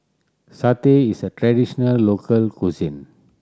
satay is a traditional local cuisine